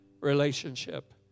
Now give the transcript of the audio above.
relationship